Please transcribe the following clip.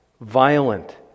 violent